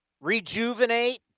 rejuvenate